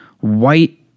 white